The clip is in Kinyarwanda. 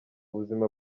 buzima